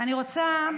הוא צריך לנסוע לאוסלו.